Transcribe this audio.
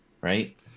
Right